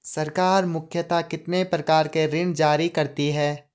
सरकार मुख्यतः कितने प्रकार के ऋण जारी करती हैं?